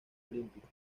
olímpico